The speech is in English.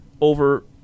over